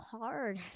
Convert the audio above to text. hard